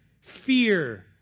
fear